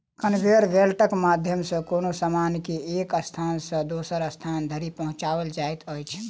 conveyor बेल्टक माध्यम सॅ कोनो सामान के एक स्थान सॅ दोसर स्थान धरि पहुँचाओल जाइत अछि